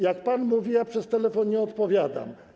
Jak pan mówi, ja przez telefon nie odpowiadam.